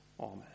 Amen